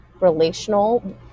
relational